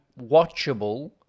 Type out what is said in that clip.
watchable